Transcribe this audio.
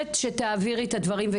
מבקשת שתעבירי את הדברים,